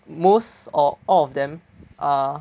most or all of them are